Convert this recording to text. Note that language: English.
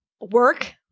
work